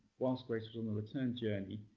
whilst grace was on the return journey,